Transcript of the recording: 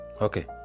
okay